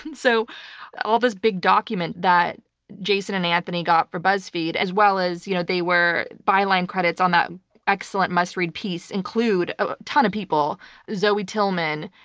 and so all this big document that jason and anthony got for buzzfeed, as well as you know they were byline credits on that excellent, must-read piece, a ah ton of people zoe tillman,